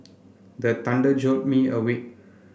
the thunder jolt me awake